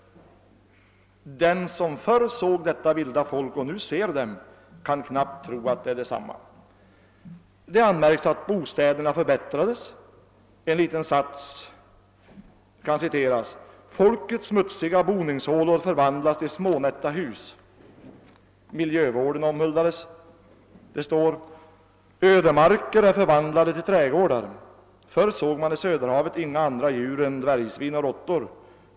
Den som förr såg detta vilda folk och nu ser dem kan knappt tro att de äro desamma.» Det anmärks att bostäderna förbättrades. En liten sats kan citeras: »Folkets smutsiga boningshålor förvandlades till smånätta hus.> Miljövården omhuldades: >»Ödemarker äro förvandlade till trädgårdar. Förr såg man i Söderhavet inga andra djur än dvärgsvin och råttor.